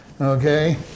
Okay